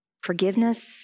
forgiveness